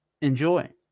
Enjoy